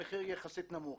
המחיר יהיה יחסית נמוך.